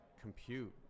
compute